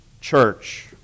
church